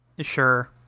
Sure